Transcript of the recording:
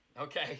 Okay